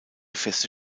feste